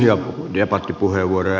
arvoisa herra puhemies